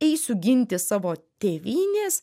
eisiu ginti savo tėvynės